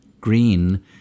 Green